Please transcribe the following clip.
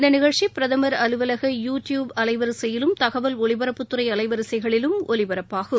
இந்த நிகழ்ச்சி பிரதமர் அலுவலக யூ டியூப் அலைவரிசையிலும் தகவல் ஒலிபரப்புத்துறை அலைவரிசைகளிலும் ஒலிபரப்பாகும்